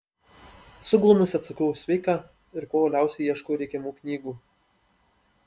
suglumusi atsakau sveika ir kuo uoliausiai ieškau reikiamų knygų